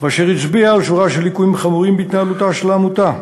ואשר הצביע על שורה של ליקויים חמורים בהתנהלותה של העמותה.